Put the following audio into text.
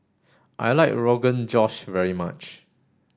I like Rogan Josh very much